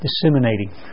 disseminating